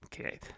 Okay